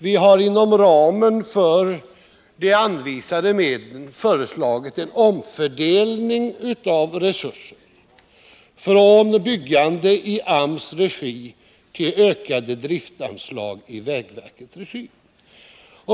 Vi har inom ramen för de anvisade medlen föreslagit en omfördelning av resurserna från byggande i AMS regi till ökade driftanslag till vägverket.